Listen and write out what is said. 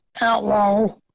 Outlaw